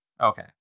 Okay